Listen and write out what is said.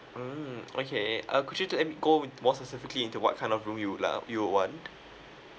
mm okay uh could you to let me go more specifically into what kind of room you would like uh you would want